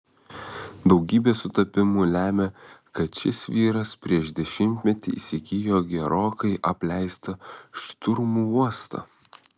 daugybė sutapimų lėmė kad šis vyras prieš dešimtmetį įsigijo gerokai apleistą šturmų uostą